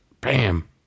bam